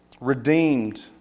Redeemed